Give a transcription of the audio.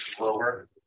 lower